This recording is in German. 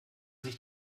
sich